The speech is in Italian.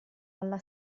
alla